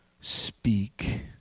speak